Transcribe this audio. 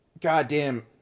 goddamn